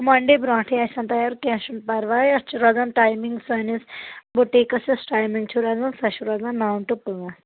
Monday بروٗنٛٹھےٕ آسن تیار کیٚنٛہہ چھُنہٕ پرواے اَتھ چھ لگان ٹایمِنگ سٲنِس بُٹیٖکس یۄس ٹایمِنگ چھ روزان سۄ چھ روزان نَو ٹُہ پانٛژھ